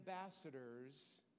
ambassadors